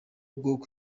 bwo